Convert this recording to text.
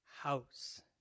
house